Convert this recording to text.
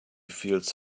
feels